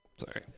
Sorry